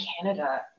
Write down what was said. Canada